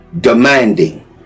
demanding